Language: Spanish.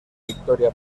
victoria